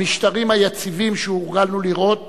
המשטרים היציבים שהורגלנו לראות